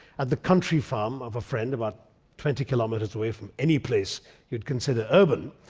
at the country farm of a friend, about twenty kilometers away from any place you'd consider urban.